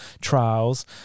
trials